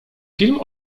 film